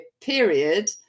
period